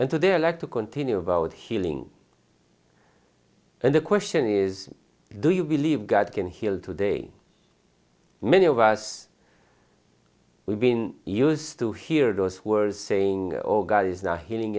and to their like to continue about healing and the question is do you believe god can heal today many of us we've been used to hear those words saying oh god is not h